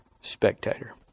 spectator